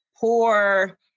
poor